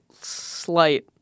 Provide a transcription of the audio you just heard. slight